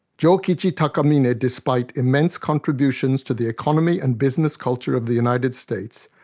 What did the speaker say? jokichi takamine, ah despite immense contributions to the economy and business culture of the united states,